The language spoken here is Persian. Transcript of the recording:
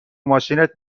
ماشینت